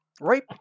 right